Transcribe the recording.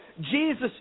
Jesus